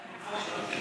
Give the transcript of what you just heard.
אנחנו פה.